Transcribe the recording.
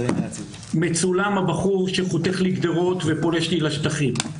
מצולם הבחור שחותך לי גדרות ופולש לי לשטחים.